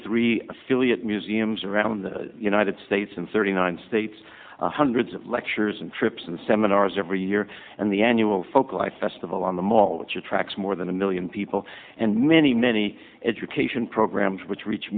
three affiliate museums around the united states and thirty nine states hundreds of lectures and trips and seminars every year and the annual folklife festival on the mall which attracts more than a million people and many many education programs which reach